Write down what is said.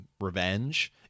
revenge